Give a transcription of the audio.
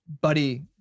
buddy